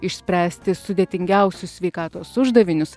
išspręsti sudėtingiausius sveikatos uždavinius